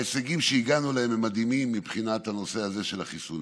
ההישגים שהגענו אליהם מדהימים מבחינת הנושא הזה של החיסונים.